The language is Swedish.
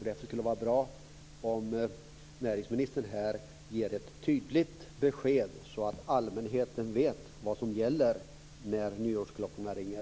Därför skulle det vara bra om näringsministern här ger ett tydligt besked så att allmänheten vet vad som gäller när nyårsklockorna ringer.